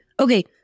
Okay